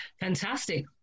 Fantastic